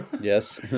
yes